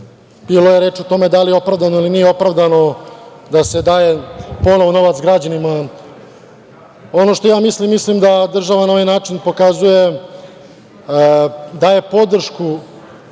li je opravdano ili nije opravdano ili nije opravdano da se daje ponovo novac građanima. Ono što ja mislim, mislim da država na ovaj način pokazuje, daje podršku